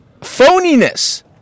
Phoniness